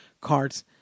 cards